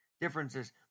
differences